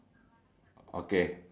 bird feeding themselves lah